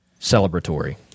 celebratory